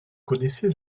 connaissez